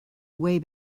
way